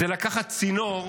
זה לקחת צינור,